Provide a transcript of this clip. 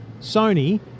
Sony